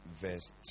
Verse